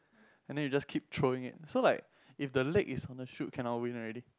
and then you just keep throwing it so like if the leg is on the chute cannot win already